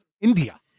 India